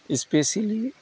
especially